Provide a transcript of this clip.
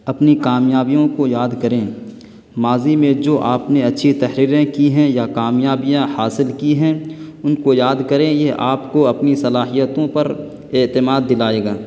اپنی کامیابیوں کو یاد کریں ماضی میں جو آپ نے اچھی تحریریں کی ہیں یا کامیابیاں حاصل کی ہیں ان کو یاد کریں یہ آپ کو اپنی صلاحیتوں پر اعتماد دلائے گا